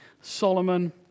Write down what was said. Solomon